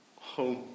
home